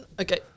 Okay